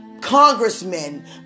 Congressmen